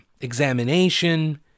examination